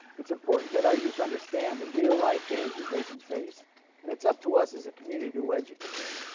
it's important that our youth understand the real-life dangers they can face and it's up to us as a community to educate them.